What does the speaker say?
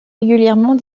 régulièrement